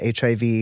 HIV